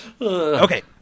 okay